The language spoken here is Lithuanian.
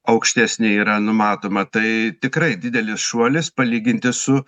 aukštesnė yra numatoma tai tikrai didelis šuolis palyginti su